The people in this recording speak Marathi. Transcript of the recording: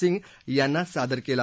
सिंह यांना सादर केला